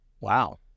Wow